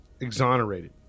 exonerated